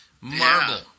marble